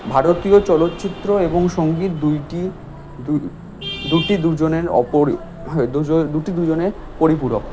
ভারতীয় চলচ্চিত্র এবং সঙ্গীত দুইটি দু দুটি দু জনের অপর হ্যাঁ দুজ দুটি দুজনের পরিপূরক